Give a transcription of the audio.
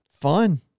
fun